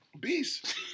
Beast